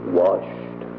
washed